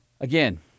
again